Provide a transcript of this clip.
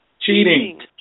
Cheating